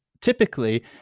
typically